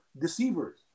deceivers